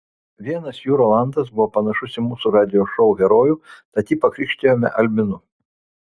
vienas jų rolandas buvo panašus į mūsų radijo šou herojų tad jį pakrikštijome albinu